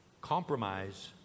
Compromise